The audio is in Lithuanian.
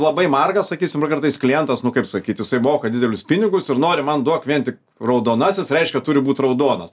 labai margas sakysim ir kartais klientas nu kaip sakyt jisai moka didelius pinigus ir nori man duok vien tik raudonasis reiškia turi būt raudonas